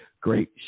great